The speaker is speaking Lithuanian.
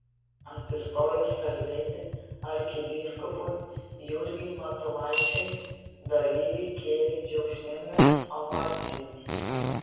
atsistojus kalbėti arkivyskupui jurgiui matulaičiui dalyviai kėlė džiaugsmingas ovacijas